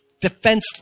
defenseless